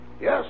Yes